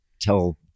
tell